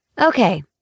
Okay